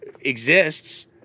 exists